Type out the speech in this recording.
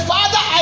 Father